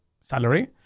salary